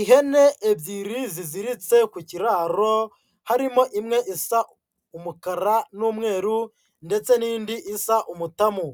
Ihene ebyiri ziziritse ku kiraro harimo imwe isa umukara n'umweru ndetse n'indi isa umutamu,